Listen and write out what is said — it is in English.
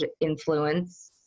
influence